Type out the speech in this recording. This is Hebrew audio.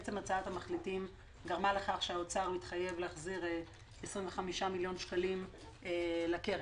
עצם הצעת המחליטים גרמה לכך שהאוצר מתחייב להחזיר 25 מיליון שקלים לקרן.